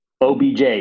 OBJ